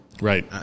right